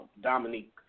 Dominique